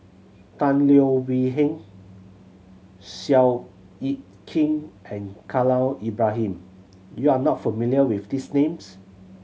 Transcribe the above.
Tan Leo Wee Hin Seow Yit Kin and Khalil Ibrahim you are not familiar with these names